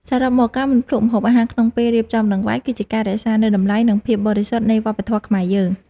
សរុបមក ការមិនភ្លក្សម្ហូបអាហារក្នុងពេលរៀបចំដង្វាយ គឺជាការរក្សានូវតម្លៃ និងភាពបរិសុទ្ធនៃវប្បធម៌ខ្មែរយើង។